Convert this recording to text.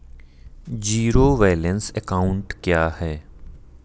Zero balance account क्या है?